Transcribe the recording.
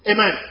Amen